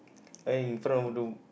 infront of the